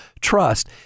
trust